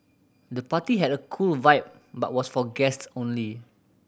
the party had a cool vibe but was for guests only